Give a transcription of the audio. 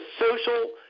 social